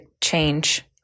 change